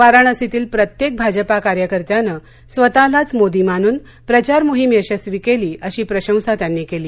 वाराणसीतील प्रत्येक भाजपा कार्यकर्त्यानं स्वतःलाचं मोदी मानून प्रचार मोहिम यशस्वी केली अशी प्रशंसा त्यांनी केली